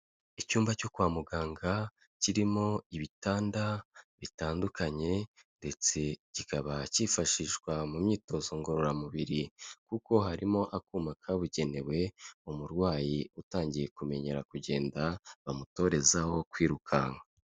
Icyumba cyo kwa muganga kirimo ibitanda bitandukanye ndetse kikaba cyifashishwa mu myitozo ngororamubiri kuko harimo akuma kabugenewe umurwayi utangiye kumenyera kugenda bamutorezaho kwirukanka.